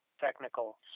technical